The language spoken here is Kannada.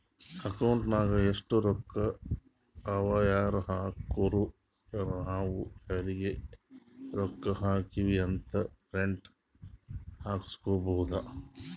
ಅಕೌಂಟ್ ನಾಗ್ ಎಸ್ಟ್ ರೊಕ್ಕಾ ಅವಾ ಯಾರ್ ಹಾಕುರು ನಾವ್ ಯಾರಿಗ ರೊಕ್ಕಾ ಹಾಕಿವಿ ಅಂತ್ ಪ್ರಿಂಟ್ ಹಾಕುಸ್ಕೊಬೋದ